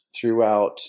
throughout